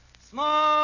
Small